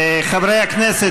חברי הכנסת,